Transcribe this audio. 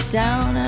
down